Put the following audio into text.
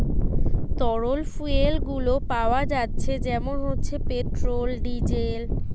তরল ফুয়েল গুলো পাওয়া যাচ্ছে যেমন হচ্ছে পেট্রোল, ডিজেল